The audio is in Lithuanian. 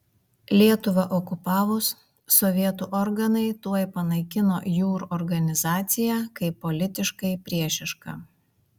lietuvą okupavus sovietų organai tuoj panaikino jūr organizaciją kaip politiškai priešišką